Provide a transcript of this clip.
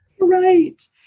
Right